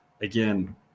Again